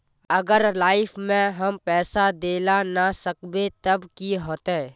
अगर लाइफ में हम पैसा दे ला ना सकबे तब की होते?